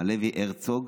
הלוי הרצוג,